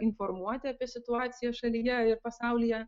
informuoti apie situaciją šalyje ir pasaulyje